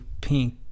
pink